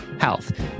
health